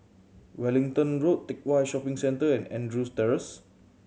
Wellington Road Teck Whye Shopping Centre and Andrews Terrace